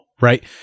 right